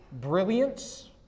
brilliance